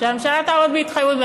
הממשלה תעמוד בהתחייבות.